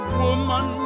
woman